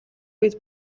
үед